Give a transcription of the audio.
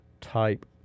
type